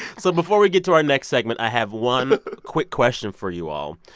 so before we get to our next segment, i have one quick question for you all.